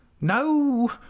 No